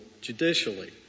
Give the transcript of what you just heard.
judicially